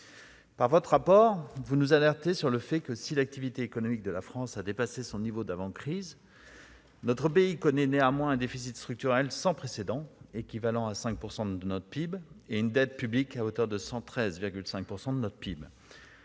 Par votre rapport, vous nous alertez sur le fait que, si l'activité économique de la France a dépassé son niveau d'avant-crise, notre pays connaît néanmoins un déficit structurel sans précédent, équivalent à 5 % de notre PIB, et une dette publique à hauteur de 113,5 % de notre PIB.